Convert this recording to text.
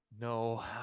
No